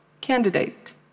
candidate